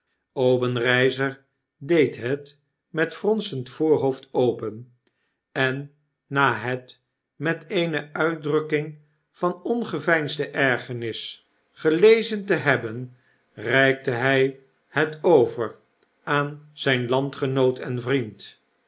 obenreizer deed het met fronsend voorhoofd open en na het met eene uitdrukking van ongeveinsde ergernis gelezen te hebben reikte lift het over aan zp landgenoot en vriend